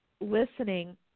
listening